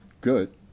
good